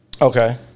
Okay